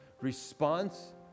response